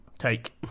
take